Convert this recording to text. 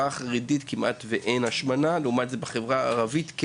החרדית כמעט ואין השמנה לעומת החברה הערבית,